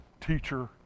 teacher